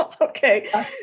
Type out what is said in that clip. Okay